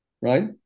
right